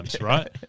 right